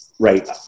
Right